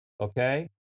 okay